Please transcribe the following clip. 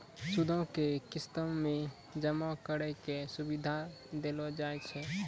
सूदो के किस्तो मे जमा करै के सुविधा देलो जाय छै